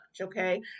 okay